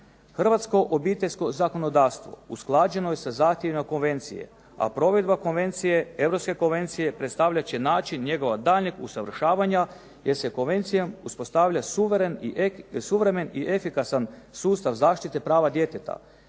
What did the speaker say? Hrvatsko obiteljsko zakonodavstvo usklađeno je sa zahtjevima konvencije, a provedba konvencije, Europske konvencije predstavljat će način njegova daljnjeg usavršavanja jer se konvencijom uspostavlja suvremen i efikasan sustav zaštite prava djeteta.